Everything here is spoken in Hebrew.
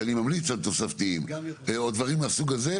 שאני ממליץ על תוספתיים, או דברים מהסוג הזה.